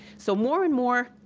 so more and more,